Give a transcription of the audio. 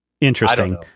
Interesting